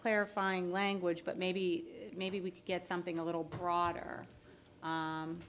clarifying language but maybe maybe we could get something a little broader